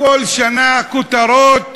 כל שנה כותרות: